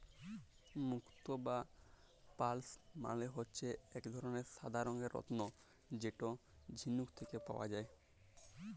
মুক্ত বা পার্লস মালে হচ্যে এক ধরলের সাদা রঙের রত্ন যেটা ঝিলুক থেক্যে পাওয়া যায়